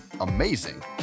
amazing